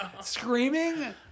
screaming